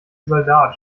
soldat